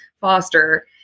foster